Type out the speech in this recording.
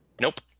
Nope